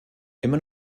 immer